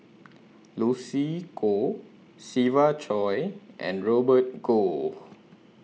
Lucy Koh Siva Choy and Robert Goh